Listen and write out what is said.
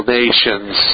nations